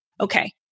okay